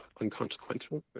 unconsequential